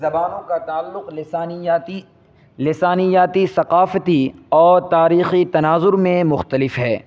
زبانوں کا تعلق لسانیاتی لسانیاتی ثقافتی اور تاریخی تناظر میں مختلف ہے